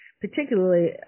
particularly